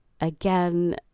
again